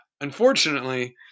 unfortunately